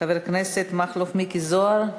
חבר הכנסת מכלוף מיקי זוהר,